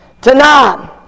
tonight